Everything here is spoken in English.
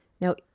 Now